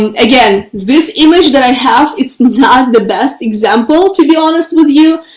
and again, this image that i have, it's not the best example to be honest with you.